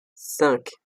cinq